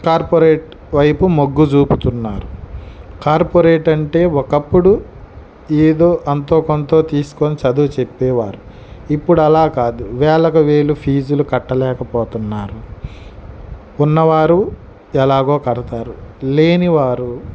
corporate వైపు మొగ్గు చూపుతున్నారు కార్పొరేటర్ అంటే ఒకప్పుడు ఏదో అంతో కొంతో తీసుకొని చదవు చెప్పేవారు ఇప్పుడు అలా కాదు వేలకు వేలు ఫీజులు కట్టలేకపోతున్నారు ఉన్నవారు ఎలాగో కడతారు లేనివారు